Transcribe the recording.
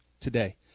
today